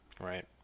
Right